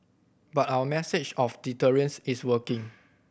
but our message of deterrence is working